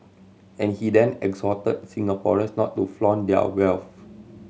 and he then exhorted Singaporeans not to flaunt their wealth